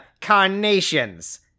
carnations